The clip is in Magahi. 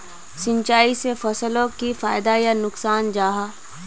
सिंचाई से फसलोक की फायदा या नुकसान जाहा?